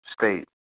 state